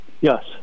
Yes